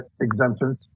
exemptions